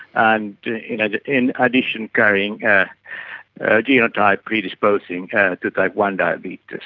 and you know in addition carrying a genotype predisposing to type one diabetes.